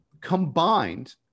combined